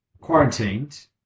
quarantined